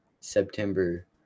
September